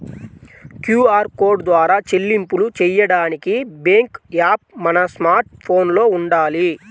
QR code ద్వారా చెల్లింపులు చెయ్యడానికి బ్యేంకు యాప్ మన స్మార్ట్ ఫోన్లో వుండాలి